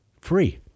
free